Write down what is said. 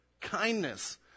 kindness